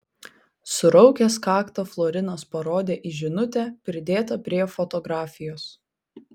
suraukęs kaktą florinas parodė į žinutę pridėtą prie fotografijos